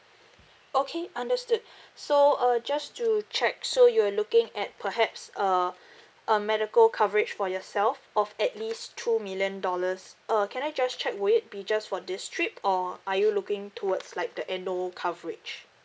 okay understood so uh just to check so you are looking at perhaps uh a medical coverage for yourself of at least two million dollars err can I just check would it be just for this trip or are you looking towards like the annual coverage